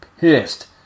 pissed